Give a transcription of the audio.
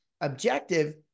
Objective